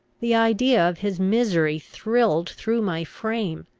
the idea of his misery thrilled through my frame.